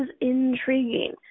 intriguing